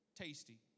tasty